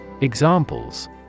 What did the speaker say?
Examples